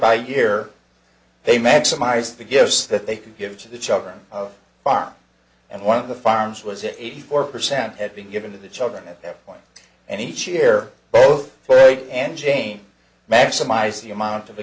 by year they maximize the gifts that they can give to the children farm and one of the farms was eighty four percent had been given to the children at that point and each year both for you and jane maximize the amount of